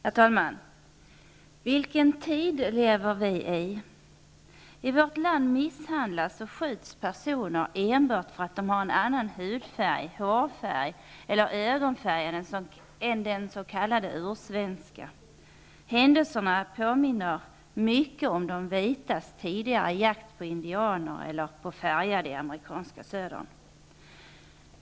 Herr talman! Vilken tid lever vi i? I vårt land misshandlas och skjuts personer enbart för att de har en annan hudfärg eller ögonfärg än den s.k. ursvenska. Händelserna påminner mycket om de vitas tidigare jakt på indianer eller jakten på färgade i amerikanska södern.